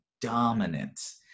dominant